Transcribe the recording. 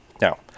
Now